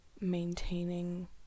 maintaining